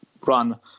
run